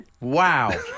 Wow